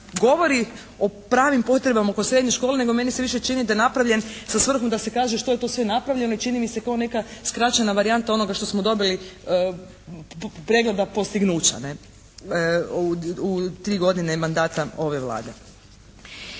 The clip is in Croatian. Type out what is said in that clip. govori o pravim potrebama oko srednje škole nego meni se više čini da je napravljen sa svrhom da se kaže što je to sve napravljeno i čini mi se kao neka skraćena varijanta onoga što smo dobili pregledom postignuća ne? U tri godine mandata ove Vlade.